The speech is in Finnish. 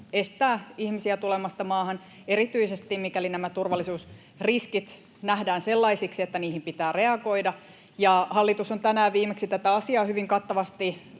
estää ihmisiä tulemasta maahan, erityisesti mikäli nämä turvallisuusriskit nähdään sellaisiksi, että niihin pitää reagoida. Hallitus on tänään viimeksi tätä asiaa hyvin kattavasti